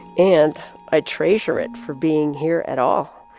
and i treasure it for being here at all.